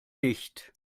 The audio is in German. nicht